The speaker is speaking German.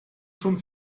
schon